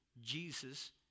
Jesus